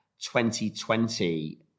2020